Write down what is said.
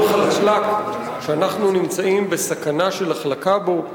חלקלק שאנחנו נמצאים בסכנה של החלקה בו.